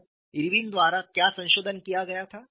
और इरविन द्वारा क्या संशोधन किया गया था